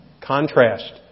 Contrast